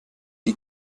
die